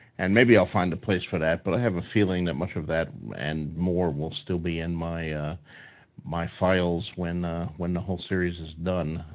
and maybe i'll find a place for that, but i have a feeling that much of that and more will still be in my my files when when the whole series is done.